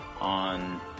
on